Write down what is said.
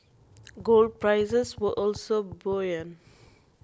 gold prices were also buoyant